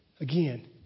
Again